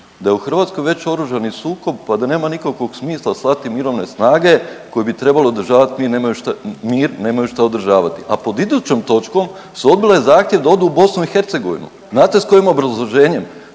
Da je u Hrvatskoj već oružani sukob pa da nema nikakvog smisla slati mirovne snage koje bi trebale održavati, mi nemaju šta, mir nemaju šta održavati, a pod idućom točkom su odbile zahtjev da odu u BiH, znate s kojim obrazloženjem?